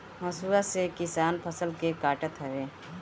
हसुआ से किसान फसल के काटत हवे